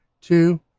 two